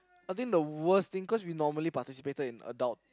I think the worst thing cause we normally participated in adult